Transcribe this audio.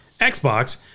Xbox